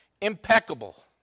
impeccable